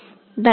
Thank you